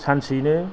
सानसेयैनो